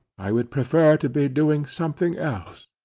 i would prefer to be doing something else.